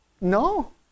No